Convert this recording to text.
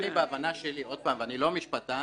בהבנה שלי, ואני לא משפטן,